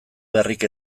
beharrik